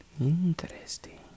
Interesting